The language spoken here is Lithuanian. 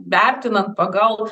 vertinant pagal